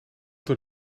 door